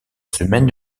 semaine